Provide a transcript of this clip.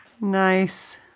Nice